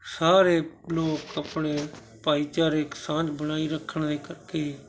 ਸਾਰੇ ਲੋਕ ਆਪਣੇ ਭਾਈਚਾਰਿਕ ਸਾਂਝ ਬਣਾਈ ਰੱਖਣ ਇੱਕ ਕਿ